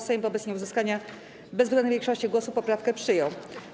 Sejm wobec nieuzyskania bezwzględnej większości głosów poprawkę przyjął.